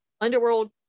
underworld